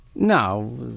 No